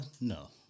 No